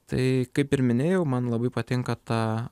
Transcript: tai kaip ir minėjau man labai patinka ta